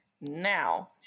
Now